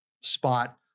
spot